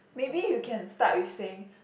maybe you can start with saying